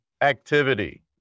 activity